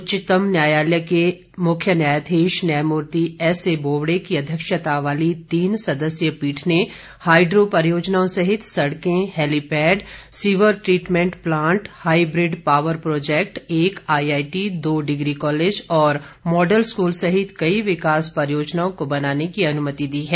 उच्चतम न्यायालय के मुख्य न्यायाधीश न्यायमूर्ति एसए बोबडे की अध्यक्षता वाली तीन सदस्यीय पीठ ने हाईड्रो परियोजनओं सहित सड़कें helipad sewer treatment plant hybrid power project एक आईआईटी दो डिग्री कॉलेज और मॉडल स्कूल सहित कई विकास परियोजनाओं को बनाने की अनुमति दी है